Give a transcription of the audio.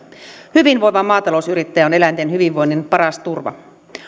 hyvinvoiva maatalousyrittäjä on eläinten hyvinvoinnin paras turva